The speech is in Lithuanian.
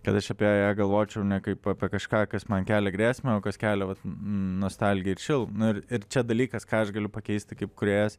kad aš apie ją galvočiau ne kaip apie kažką kas man kelia grėsmę o kas kelia nostalgiją ir šilumą nu ir čia dalykas ką aš galiu pakeisti kaip kūrėjas